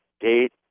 date